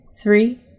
Three